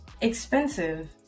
expensive